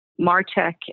MarTech